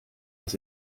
das